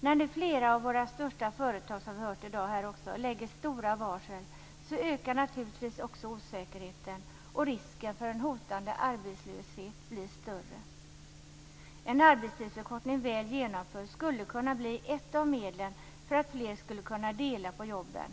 När nu flera av våra största företag lägger stora varsel - det har vi hört här i dag också - ökar naturligtvis osäkerheten och risken för en hotande arbetslöshet blir större. En väl genomförd arbetstidsförkortning skulle kunna bli ett av medlen för att fler skulle kunna dela på jobben.